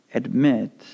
admit